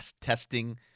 testing